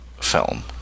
film